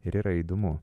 ir yra įdomu